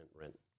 rent